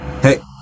Hey